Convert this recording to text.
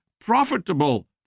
profitable